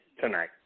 tonight